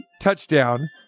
touchdown